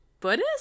Buddhist